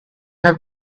have